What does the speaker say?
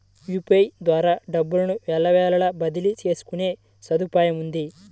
UPI ద్వారా డబ్బును ఎల్లవేళలా బదిలీ చేసుకునే సదుపాయముంది